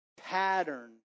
pattern